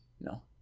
No